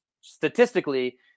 statistically